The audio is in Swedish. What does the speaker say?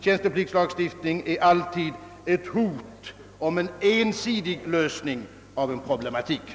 Tjänstepliktslagstiftning innebär alltid ett hot om ensidig lösning av problematiken.